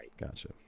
Gotcha